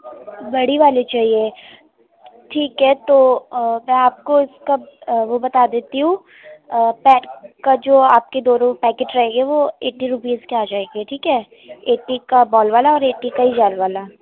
بڑی والی چاہیے ٹھیک ہے تو میں آپ کو کب وہ بتا دیتی ہوں پین کا جو آپ کے دونوں پیکٹ رہیں گے وہ ایٹی روپیز کے آ جائیں گے ٹھیک ہے ایٹی کا بال والا اور ایٹی کا ہی جیل والا